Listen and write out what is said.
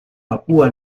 papúa